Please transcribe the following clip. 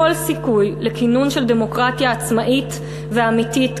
כל סיכוי לכינון של דמוקרטיה עצמאית ואמיתית,